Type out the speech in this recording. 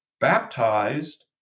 baptized